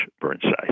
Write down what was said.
Burnside